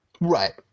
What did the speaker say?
Right